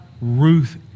Ruth